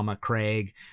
Craig